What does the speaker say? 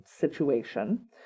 situation